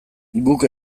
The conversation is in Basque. guk